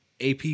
AP